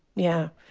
yeah.